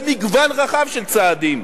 במגוון רחב של צעדים,